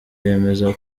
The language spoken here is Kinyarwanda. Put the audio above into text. yemeza